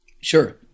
Sure